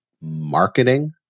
marketing